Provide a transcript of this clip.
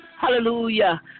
Hallelujah